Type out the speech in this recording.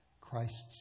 Christ's